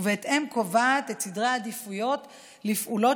ובהתאם קובעת את סדרי העדיפויות לפעולות